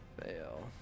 Fail